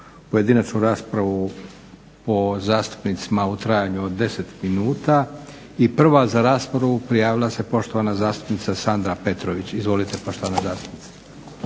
pojedinačnu raspravu po zastupnicima u trajanju od 10 minuta. I prva za raspravu prijavila se poštovana zastupnica Sandra Petrović. Izvolite poštovana zastupnice.